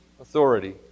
authority